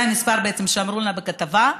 זה המספר שאמרו בכתבה,